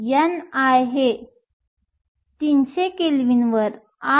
ni हे 300 kelvin वर 8